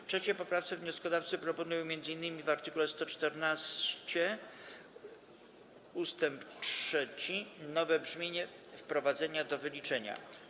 W 3. poprawce wnioskodawcy proponują m.in. w art. 114 ust. 3 nowe brzmienie wprowadzenia do wyliczenia.